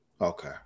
Okay